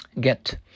Get